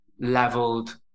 leveled